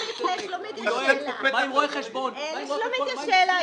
אתה אומר: אני לא מוכן למנות את שני נציגי הציבור בקריטריון היחיד הזה,